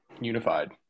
unified